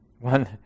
One